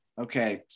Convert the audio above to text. okay